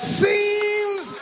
seems